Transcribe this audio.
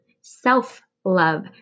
self-love